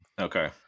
Okay